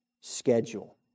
schedule